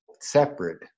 separate